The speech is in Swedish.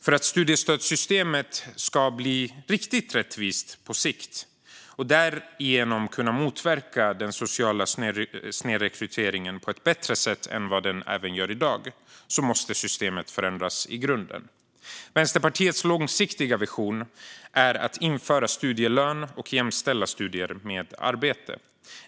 För att studiestödssystemet på sikt ska bli riktigt rättvist och därigenom kunna motverka den sociala snedrekryteringen på ett bättre sätt än vad det gör i dag måste systemet förändras i grunden. Vänsterpartiets långsiktiga vision är att införa studielön och jämställa studier med arbete.